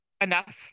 enough